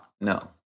No